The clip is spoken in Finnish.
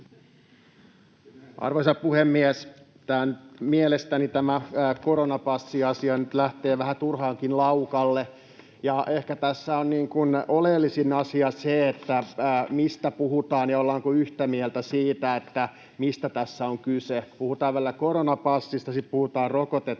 Arvoisa puhemies! Mielestäni tämä koronapassiasia nyt lähtee vähän turhaankin laukalle, ja ehkä tässä oleellisin asia on se, mistä puhutaan ja ollaanko yhtä mieltä siitä, mistä tässä on kyse. Puhutaan välillä koronapassista, sitten puhutaan rokotetodistuksesta